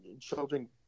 children